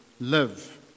live